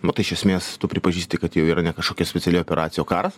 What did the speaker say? nu tai iš esmės tu pripažįsti kad jau yra ne kažkokia speciali operacija o karas